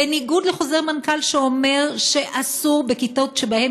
בניגוד לחוזר מנכ"ל שאומר שבכיתות שבהן